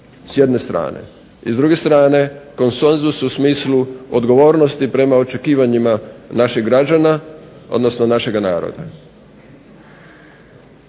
s jedne strane i s druge strane konsenzus u smislu odgovornosti prema očekivanja naših građana, odnosno našega naroda.